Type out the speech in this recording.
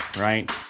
right